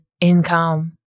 income